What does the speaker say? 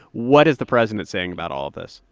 what is the president saying about all of this?